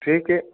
ٹھیک ہے